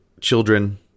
children